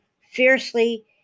Fiercely